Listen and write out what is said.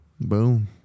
boom